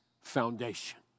foundation